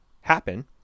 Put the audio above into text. happen